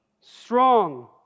strong